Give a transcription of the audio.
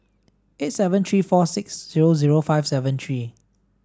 eight seven three four six zero zero five seven three